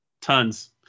Tons